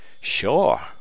Sure